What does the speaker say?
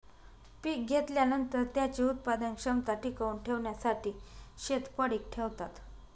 पीक घेतल्यानंतर, त्याची उत्पादन क्षमता टिकवून ठेवण्यासाठी शेत पडीक ठेवतात